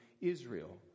Israel